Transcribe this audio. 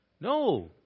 No